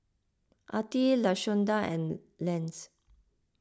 Artie Lashonda and Lance